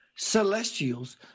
Celestials